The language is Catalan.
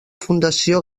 fundació